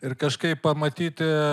ir kažkaip pamatyti